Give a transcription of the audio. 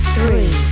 Three